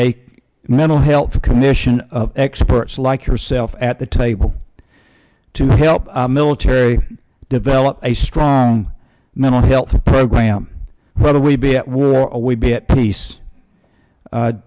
a mental health commission of experts like yourself at the table to help military develop a strong mental health program whether we be we'd be at peace